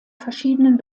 verschiedenen